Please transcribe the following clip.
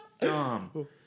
dumb